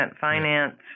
finance